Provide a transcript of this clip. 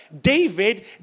David